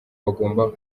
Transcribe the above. bagomba